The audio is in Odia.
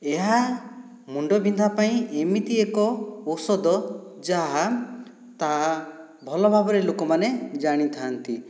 ଏହା ମୁଣ୍ଡ ବିନ୍ଧା ପାଇଁ ଏମିତି ଏକ ଔଷଧ ଯାହା ତାହା ଭଲ ଭାବରେ ଲୋକମାନେ ଜାଣିଥାଆନ୍ତି